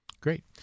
Great